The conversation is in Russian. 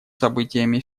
событиями